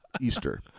Easter